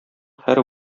һәр